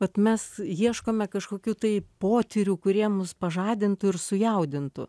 bet mes ieškome kažkokių tai potyrių kurie mus pažadintų ir sujaudintų